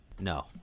No